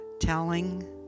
telling